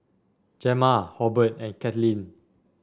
Gemma Hobert and Katlynn